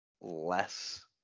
less